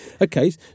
Okay